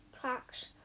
tracks